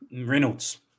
Reynolds